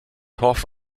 torf